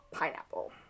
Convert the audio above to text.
pineapple